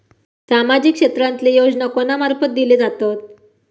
सामाजिक क्षेत्रांतले योजना कोणा मार्फत दिले जातत?